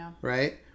right